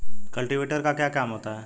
Cultivator का क्या काम होता है?